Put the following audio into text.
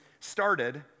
started